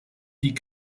die